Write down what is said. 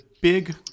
big